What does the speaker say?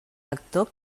lector